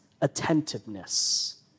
attentiveness